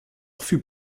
fut